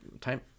time